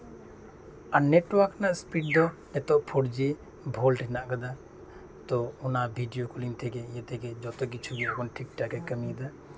ᱟᱨ network ᱨᱮᱭᱟᱜ speed ᱫᱚ ᱱᱤᱛᱚᱜ ᱯᱷᱳᱨ ᱡᱤ ᱵᱷᱳᱞᱴ ᱢᱮᱱᱟᱜ ᱟᱠᱟᱫᱟᱛᱳ ᱚᱱᱟ ᱵᱷᱤᱰᱭᱳ ᱠᱚᱞᱤᱝ ᱛᱮᱜᱮ ᱤᱭᱟᱹ ᱛᱮᱜᱮ ᱡᱚᱛᱚ ᱠᱤᱪᱷᱩ ᱜᱮ ᱮᱠᱷᱚᱱ ᱴᱷᱤᱠ ᱴᱷᱟᱠ ᱮ ᱠᱟᱹᱢᱤᱭ ᱮᱫᱟ